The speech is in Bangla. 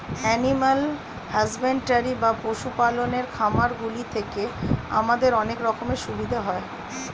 এনিম্যাল হাসব্যান্ডরি বা পশু পালনের খামারগুলি থেকে আমাদের অনেক রকমের সুবিধা হয়